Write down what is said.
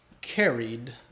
carried